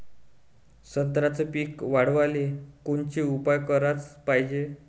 संत्र्याचं पीक वाढवाले कोनचे उपाव कराच पायजे?